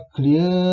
clear